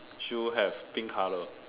she will have pink colour